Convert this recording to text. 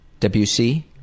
WC